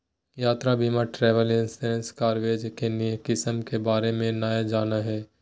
यात्रा बीमा travel insurance coverage के किस्म के बारे में नय जानय हइ